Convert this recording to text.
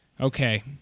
Okay